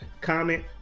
comment